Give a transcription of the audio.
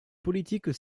politiques